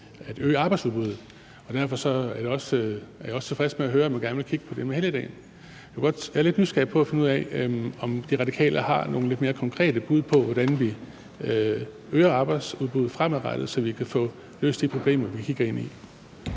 at øge arbejdsudbuddet, og derfor er jeg også tilfreds med at høre, at man godt vil kigge på det med en helligdag. Jeg er lidt nysgerrig på at finde ud af, om De Radikale har nogle lidt mere konkrete bud på, hvordan vi øger arbejdsudbuddet fremadrettet, så vi kan få løst de problemer, vi kigger ind i.